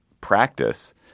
practice